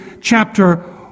chapter